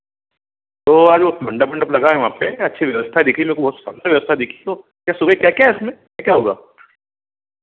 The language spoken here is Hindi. तो आज वह मंडप मंडप लगा है वहाँ पर अच्छी व्यवस्था दिखी लोग को बहुत शानदार व्यवस्था दिखी तो सुबह क्या क्या है इसमें क्या क्या होगा